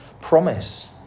promise